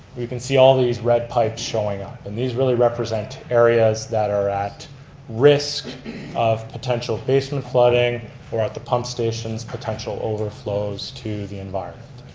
we can see all these red pipes showing up. and these really represent areas that are at risk of potential basement flooding or at the pump stations, potential overflows to the environment.